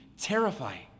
terrifying